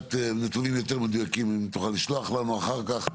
לדעת נתונים יותר מדויקים אם תוכל לשלוח לנו אחר כך.